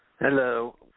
Hello